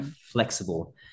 flexible